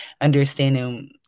understanding